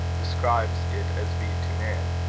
describes it as being to man,